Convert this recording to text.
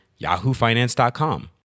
yahoofinance.com